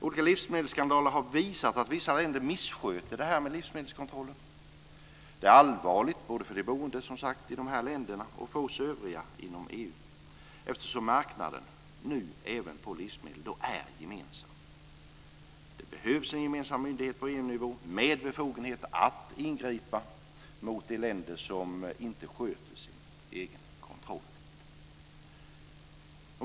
Olika livsmedelsskandaler har visat att vissa länder missköter detta med livsmedelskontroller. Det är allvarligt både för de boende i de här länderna och för oss övriga inom EU eftersom även marknaden på livsmedel nu är gemensam. Det behövs en gemensam myndighet på EU-nivå med befogenhet att ingripa mot de länder som inte sköter sin egen kontroll.